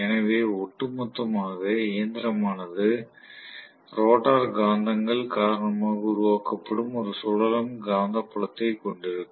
எனவே ஒட்டுமொத்தமாக இயந்திரமானது ரோட்டார் காந்தங்கள் காரணமாக உருவாக்கப்படும் ஒரு சுழலும் காந்தப்புலத்தைக் கொண்டிருக்கும்